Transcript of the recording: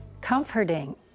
comforting